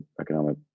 economic